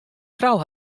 frou